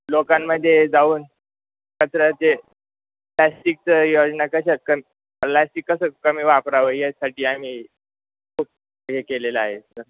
लोकांमध्ये जाऊन कचरा जे प्लॅस्टिकचं योजना कशा कम प्लॅस्टिक कसं कमी वापरावं यासाठी आम्ही खूप हे केलेलं आहे सर